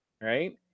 right